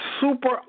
super